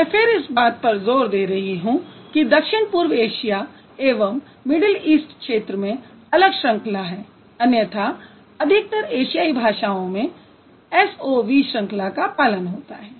मैं फिर इस बात पर ज़ोर दे रही हूँ कि दक्षिण पूर्व एशिया एवं मिडिल ईस्ट क्षेत्र में अलग श्रंखला है अन्यथा अधिकतर एशियाई भाषाओं में SOV श्रंखला का पालन होता है